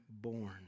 born